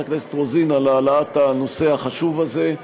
הכנסת רוזין על העלאת הנושא החשוב הזה,